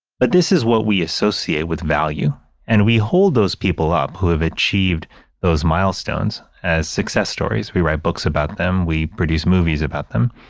but this is what we associate with value and we hold those people up who have achieved those milestones as success stories. we write books about them. we produce movies about them.